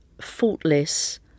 faultless